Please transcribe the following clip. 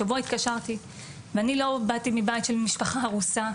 שבוע התקשרתי ואני לא באתי מבית של משפחה הרוסה,